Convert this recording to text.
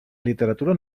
literatura